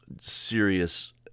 serious